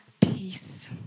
Peace